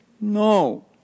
No